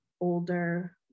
older